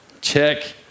Check